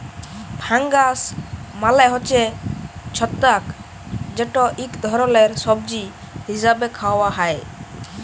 fungus মালে হছে ছত্রাক যেট ইক ধরলের সবজি হিসাবে খাউয়া হ্যয়